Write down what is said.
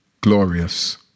glorious